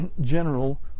general